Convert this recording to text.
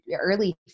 early